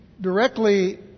directly